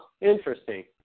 interesting